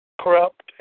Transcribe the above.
corrupt